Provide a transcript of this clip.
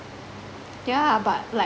yeah but like